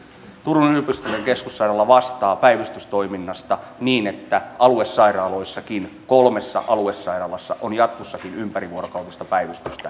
turun yliopistollinen keskussairaala vastaa päivystystoiminnasta niin että aluesairaaloissakin kolmessa aluesairaalassa on jatkossakin ympärivuorokautista päivystystä